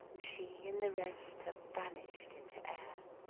she and the rest have vanished into air,